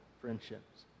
friendships